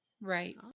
Right